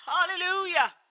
Hallelujah